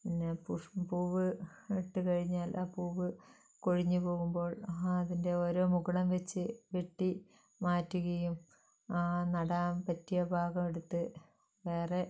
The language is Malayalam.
പിന്നെ പുഷ്പം പൂവ് ഇട്ടു കഴിഞ്ഞാൽ ആ പൂവ് കൊഴിഞ്ഞുപോകുമ്പോൾ ആഹ് അതിന്റെ ഓരോ മുകുളം വച്ച് വെട്ടി മാറ്റുകയും ആ നടാൻ പറ്റിയ ഭാഗം എടുത്ത് വേറെ